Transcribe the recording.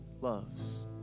loves